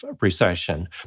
recession